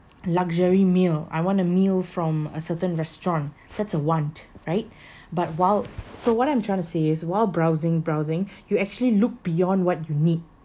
luxury meal I want a meal from a certain restaurant that's a want right but while so what I'm trying to say is while browsing browsing you actually look beyond what you need